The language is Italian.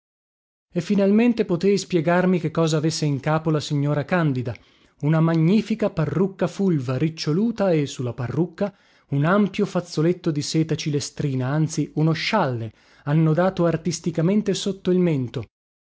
e finalmente potei spiegarmi che cosa avesse in capo la signora candida una magnifica parrucca fulva riccioluta e su la parrucca un ampio fazzoletto di seta cilestrina anzi uno scialle annodato artisticamente sotto il mento